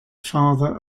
father